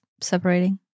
separating